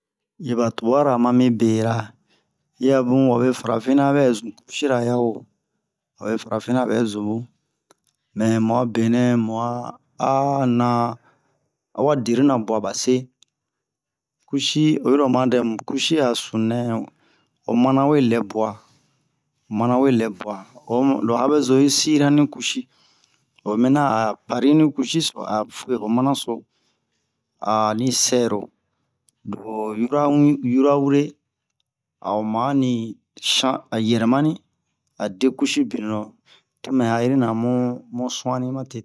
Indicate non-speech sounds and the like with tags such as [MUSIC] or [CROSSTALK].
[HESITATION] ma tubara mani bera yi a bun wabe farafinna ɓɛ zun kushi-ra wo waba farafinna ɓɛ zun bun mɛ mu a benɛ mu a a na awa deruna bwa ɓa se kushi oyiro oma dɛmu kushi a sunu nɛ ho mana we lɛ bwa mana we lɛ bwa o lo habezo yi siriya ni kushi oyi miniyan a pari ni kushi si a fuwe wo mana so ani sɛro lo yura yura wure a o ma ni shan- a yɛrɛma ni a de kushi binu na to mɛ ha'irina mu mu su'anni matete